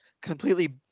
completely